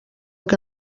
que